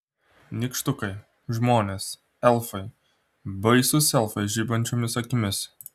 nykštukai žmonės elfai baisūs elfai žibančiomis akimis